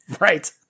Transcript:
Right